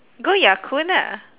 go Ya Kun ah